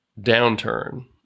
downturn